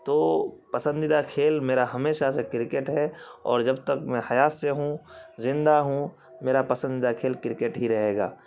تو پسندیدہ کھیل میرا ہمیشہ سے کرکٹ ہے اور جب تک میں حیات سے ہوں زندہ ہوں میرا پسندیدہ کھیل کرکٹ ہی رہے گا